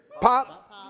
pop